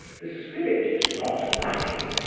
the spirit is not lacking,